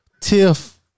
Tiff